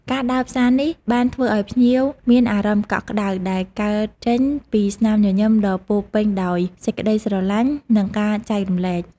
ការដើរផ្សារនេះ បានធ្វើឲ្យភ្ញៀវមានអារម្មណ៍កក់ក្តៅ ដែលកើតចេញពីស្នាមញញឹមដ៏ពោរពេញដោយសេចក្តីស្រលាញ់ និងការចែករំលែក។